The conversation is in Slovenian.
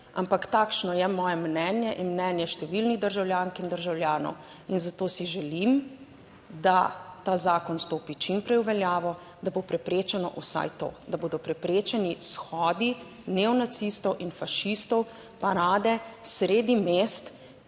ampak takšno je moje mnenje in mnenje številnih državljank in državljanov in zato si želim, da ta zakon stopi čim prej v veljavo, da bo preprečeno vsaj to, da bodo preprečeni shodi neonacistov in 29. TRAK: (TB) -